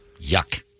yuck